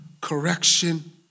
correction